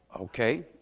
Okay